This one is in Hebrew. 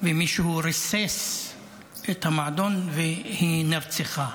מישהו ריסס את המועדון, והיא נרצחה.